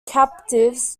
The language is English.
captives